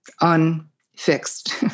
unfixed